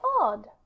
odd